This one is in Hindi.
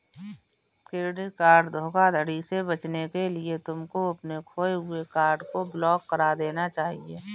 क्रेडिट कार्ड धोखाधड़ी से बचने के लिए तुमको अपने खोए हुए कार्ड को ब्लॉक करा देना चाहिए